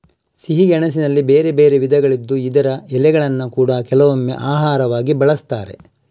ಸಿಹಿ ಗೆಣಸಿನಲ್ಲಿ ಬೇರೆ ಬೇರೆ ವಿಧಗಳಿದ್ದು ಇದರ ಎಲೆಗಳನ್ನ ಕೂಡಾ ಕೆಲವೊಮ್ಮೆ ಆಹಾರವಾಗಿ ಬಳಸ್ತಾರೆ